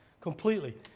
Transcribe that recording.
completely